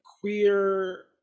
queer